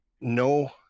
no